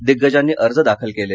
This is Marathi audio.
दिग्गजांनी अर्ज दाखल केले